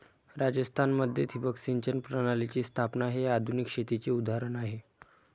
राजस्थान मध्ये ठिबक सिंचन प्रणालीची स्थापना हे आधुनिक शेतीचे उदाहरण आहे